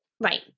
Right